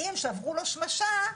אם שברו לו שמשה,